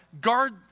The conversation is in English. Guard